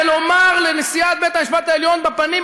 ולומר לנשיאת בית-המשפט העליון בפנים,